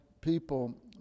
people